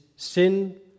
Sin